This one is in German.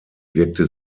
wirkte